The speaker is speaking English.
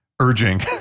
Urging